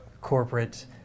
corporate